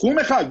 תחום אחד,